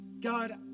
God